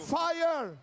fire